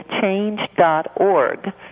change.org